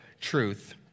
truth